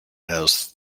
has